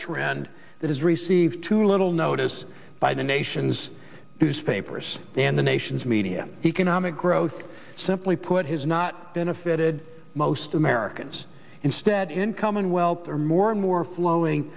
trend that has received too little notice by the nation's newspapers than the nation's media economic growth simply put his not benefited most americans instead income and wealth are more and more flowing